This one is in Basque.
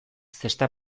zesta